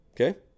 Okay